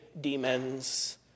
demons